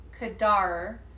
Kadar